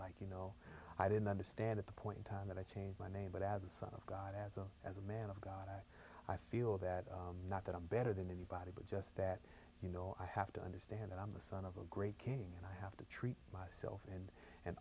like you know i didn't understand at the point in time that i changed my name but as a son of god as a as a man of god i feel that not that i'm better than anybody but just that you know i have to understand i'm the son of a great king and i have to treat myself and and